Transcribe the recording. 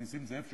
נסים זאב,